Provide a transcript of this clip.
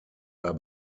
war